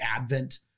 Advent